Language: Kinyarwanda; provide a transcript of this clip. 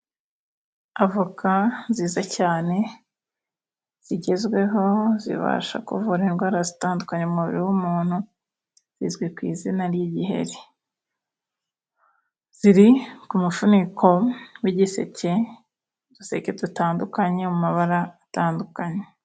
Avoka nziza cyane zigezweho zibasha kuvura indwara zitandukanye mu mubiri w'umuntu, zizwi ku izina ry'igiheri. Ziri ku mufuniko w'igiseke, uduseke dutandukanye mu mabara atandukanye.